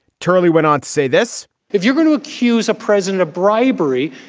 turley went on to say this if you're going to accuse a president of bribery,